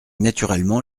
naturellement